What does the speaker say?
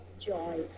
joy